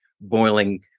boiling